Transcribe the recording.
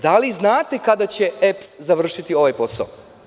Da li znate kada će EPS završiti ovaj posao?